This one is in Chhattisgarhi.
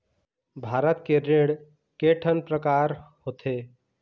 भारत के ऋण के ठन प्रकार होथे?